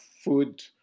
food